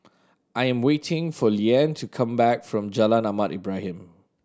I am waiting for Liane to come back from Jalan Ahmad Ibrahim